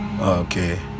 Okay